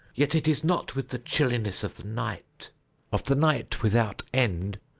yet it is not with the chilliness of the night of the night without end.